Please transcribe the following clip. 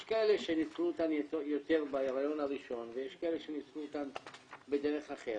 יש כאלה שניצלו אותם יותר בהריון הראשון ויש כאלה שניצלו בדרך אחרת,